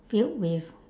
filled with